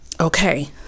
Okay